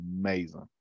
amazing